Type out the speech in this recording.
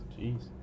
Jeez